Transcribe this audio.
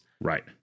right